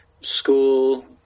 school